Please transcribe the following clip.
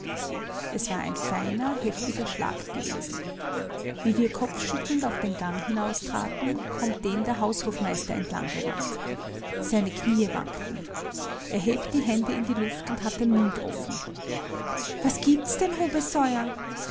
es war ein ferner heftiger schlag gewesen wie wir kopfschüttelnd auf den gang hinaustraten kommt den der haushofmeister entlang gerannt seine knie wanken er hebt die hände in die luft und hat den mund offen was gibt's denn